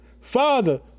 Father